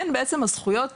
הן בעצם הזכויות